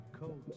coat